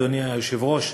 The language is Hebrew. אדוני היושב-ראש,